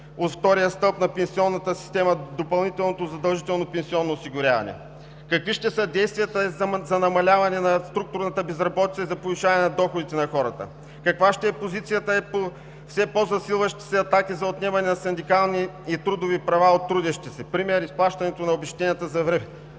от Втория стълб на пенсионната система – допълнителното задължително пенсионно осигуряване? Какви ще са действията за намаляване на структурната безработица и за повишаване на доходите на хората? Каква ще е позицията ѝ по все по-засилващите се атаки за отнемане на синдикални и трудови права от трудещите се – пример е изплащането на обезщетенията за временна